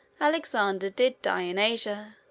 alexander did die in asia,